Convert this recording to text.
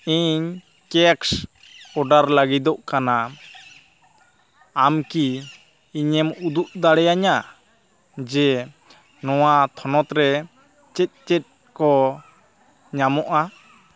ᱤᱧ cakes order ᱞᱟᱜᱤᱫᱚᱜ ᱠᱟᱱᱟ ᱟᱢᱠᱤ ᱤᱧᱮᱢ ᱩᱫᱩᱜ ᱫᱟᱲᱮᱭᱟᱧᱟ ᱡᱮ ᱱᱚᱣᱟ ᱛᱷᱚᱱᱚᱛ ᱨᱮ ᱪᱮᱫ ᱪᱮᱫ ᱠᱚ ᱧᱟᱢᱚᱜᱼᱟ